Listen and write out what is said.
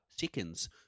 Seconds